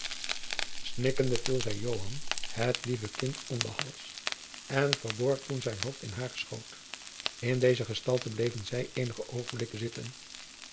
snikkende viel joan het lieve kind om den hals jacob van lennep de pleegzoon en verborg toen zijn hoofd in haren schoot in deze gestalte bleven zij eenige oogenblikken zitten